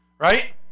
Right